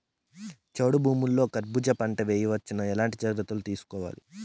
చౌడు భూముల్లో కర్బూజ పంట వేయవచ్చు నా? ఎట్లాంటి జాగ్రత్తలు తీసుకోవాలి?